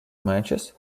matches